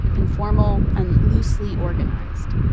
informal and loosely organized.